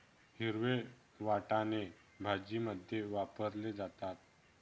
हिरवे वाटाणे भाजीमध्ये वापरले जातात